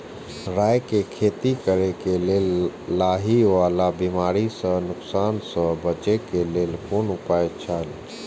राय के खेती करे के लेल लाहि वाला बिमारी स नुकसान स बचे के लेल कोन उपाय छला?